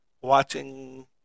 watching